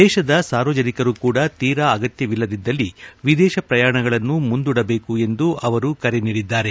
ದೇಶದ ಸಾರ್ವಜನಿಕರು ಕೂಡ ತೀರಾ ಅಗತ್ಯವಿಲ್ಲದಿದ್ದಲ್ಲಿ ವಿದೇಶ ಪ್ರಯಾಣಗಳನ್ನು ಮುಂದೂಡಬೇಕು ಎಂದು ಅವರು ಕರೆ ನೀಡಿದ್ದಾರೆ